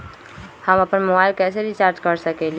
हम अपन मोबाइल कैसे रिचार्ज कर सकेली?